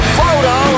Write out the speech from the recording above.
photo